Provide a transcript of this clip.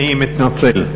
אני מתנצל.